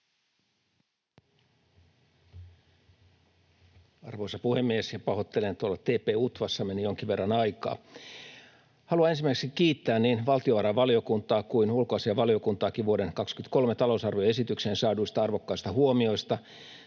Arvoisa puhemies! Pahoittelen, että tuolla TP-UTVAssa meni jonkin verran aikaa. Haluan ensimmäiseksi kiittää niin valtiovarainvaliokuntaa kuin ulkoasiainvaliokuntaakin vuoden 2023 talousarvioesitykseen saaduista arvokkaista huomioista